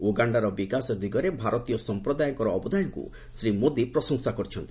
ଉଗାଣ୍ଡାର ବିକାଶ ଦିଗରେ ଭାରତୀୟ ସଂପ୍ରଦାୟଙ୍କର ଅବଦାନକୁ ଶ୍ରୀ ମୋଦି ପ୍ରଶଂସା କରିଛନ୍ତି